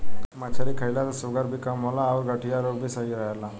मछरी खईला से शुगर भी कम होला अउरी गठिया रोग में भी सही रहेला